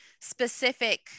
specific